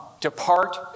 depart